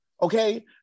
Okay